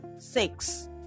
Six